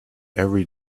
every